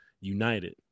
United